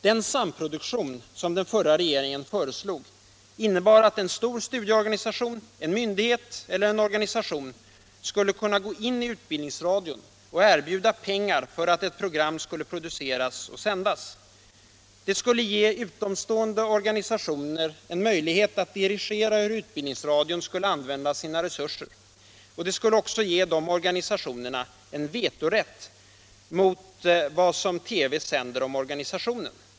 Den samproduktion som den förra regeringen föreslog innebar att en stor studieorganisation, en myndighet eller en organisation skulle kunna gå in i utbildningsradion och erbjuda pengar för att ett program skulle produceras och sändas. Det skulle ge utomstående organisationer en möjlighet att dirigera hur utbildningsradion skulle använda sina resurser och det skulle också ge dessa organisationer en vetorätt mot vad som TV sänder om organisationen.